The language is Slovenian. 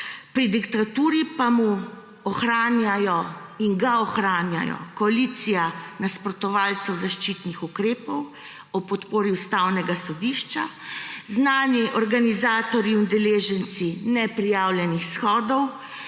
Pri diktaturi pa ga ohranjajo koalicija nasprotovalcev zaščitnih ukrepov ob podpori Ustavnega sodišča, znani organizatorji, udeleženci neprijavljenih shodov,